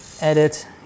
edit